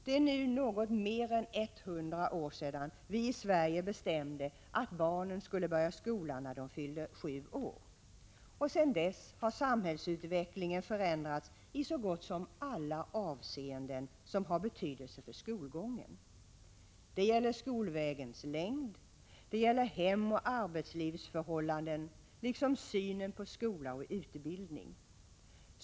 Det är nu något mer än hundra år sedan vi i Sverige bestämde att barnen skulle börja skolan när de fyllde sju år. Sedan dess har samhällsutvecklingen förändrats i så gott som alla avseenden som har betydelse för skolgången. Det gäller skolvägens längd, hemoch arbetslivsförhållanden liksom synen på skola och utbildning.